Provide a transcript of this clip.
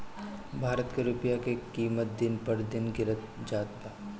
भारत के रूपया के किमत दिन पर दिन गिरत जात बा